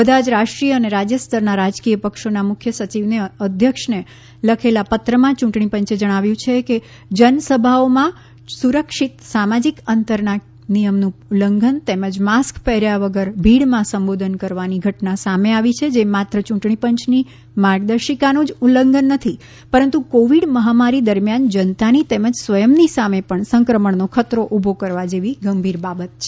બધા જ રાષ્ટ્રીય અને રાજ્ય સ્તરના રાજકીય પક્ષોના મુખ્ય સચિવને અધ્યક્ષને લખેલા પત્રમાં યૂંટણીપંચે જણાવ્યું છે કે જનસભાઓમાં સુરક્ષિત સામાજીક અંતરના નિયમનું ઉલ્લંઘન તેમજ માસ્ક પહેર્યા વગર ભીડમાં સંબોધન કરવાની ઘટના સામે આવી છે જે માત્ર ચૂંટણીપંચની માર્ગદર્શિકાનું જ ઉલ્લંઘન નથી પરંતુ કોવિડ મહામારી દરમિયાન જનતાની તેમજ સ્વયંની સામે પણ સંક્રમણનો ખતરો ઉભો કરવા જેવી ગંભીર બાબત છે